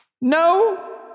No